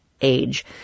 age